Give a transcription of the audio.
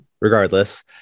Regardless